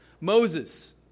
Moses